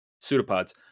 pseudopods